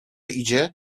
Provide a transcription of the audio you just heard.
idzie